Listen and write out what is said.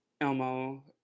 Elmo